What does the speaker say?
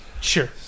Sure